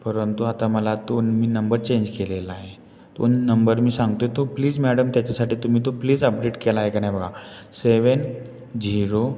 परंतु आता मला तो मी नंबर चेंज केलेला आहे तो नंबर मी सांगतो आहे तो प्लीज मॅडम त्याच्यासाठी तुम्ही तो प्लीज अपडेट केला आहे का नाही बघा सेवन झिरो